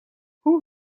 hoe